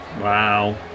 Wow